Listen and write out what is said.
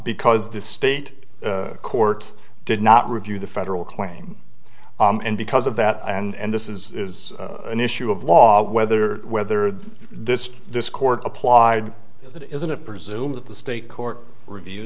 because the state court did not review the federal claim and because of that and this is an issue of law whether whether this this court applied as it isn't presume that the state court review